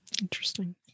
Interesting